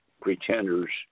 pretenders